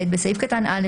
בסעיף קטן (א),